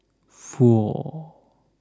four